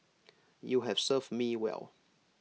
you have served me well